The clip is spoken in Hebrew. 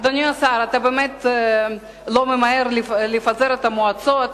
אדוני השר, אתה באמת לא ממהר לפזר את המועצות,